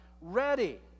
ready